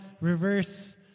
reverse